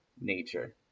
nature